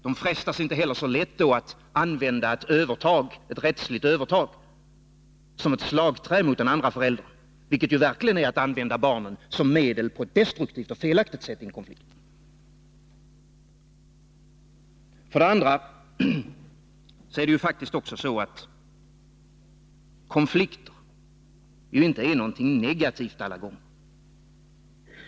De frestas då inte heller så lätt att använda ett rättsligt övertag som ett slagträ mot den andra föräldern, vilket verkligen är att på ett felaktigt och destruktivt sätt använda barnen som medel i en konflikt. Vidare är konflikter faktiskt inte alla gånger något negativt.